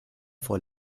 vor